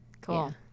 Cool